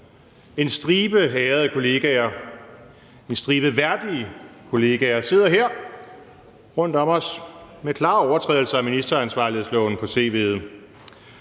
En stribe ærede kollegaer, en stribe værdige kollegaer sidder her rundt om os med klare overtrædelser af ministeransvarlighedsloven på cv'et.